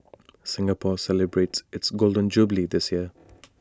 Singapore celebrates its Golden Jubilee this year